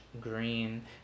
green